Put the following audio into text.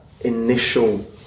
initial